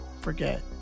forget